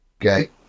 Okay